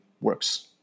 works